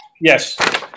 Yes